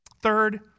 Third